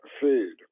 feed